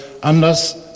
anders